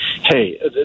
hey